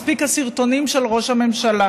מספיק הסרטונים של ראש הממשלה.